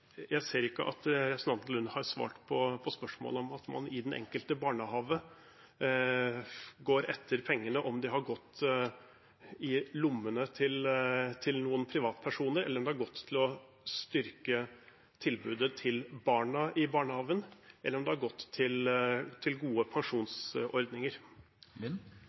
Jeg ser ikke at representanten Lund har svart på spørsmålet om at man i den enkelte barnehage går etter pengene – om pengene har gått i lommene til noen privatpersoner, om de har gått til å styrke tilbudet til barna i barnehagen, eller om de har gått til gode pensjonsordninger.